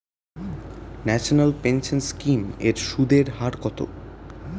National pension scheme এর সুদের হার কত?